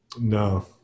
No